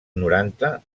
noranta